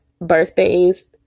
birthdays